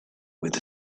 with